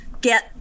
get